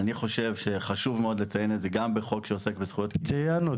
אני חושב שחשוב מאוד לציין את זה גם בחוק שעוסק בזכויות --- ציינו.